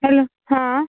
hello हँ